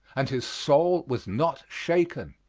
and his soul was not shaken.